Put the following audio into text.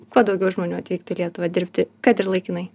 kuo daugiau žmonių atvyktų į lietuvą dirbti kad ir laikinai